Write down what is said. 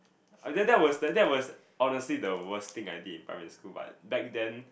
uh that that was that was honestly the worst thing I did in primary school but back then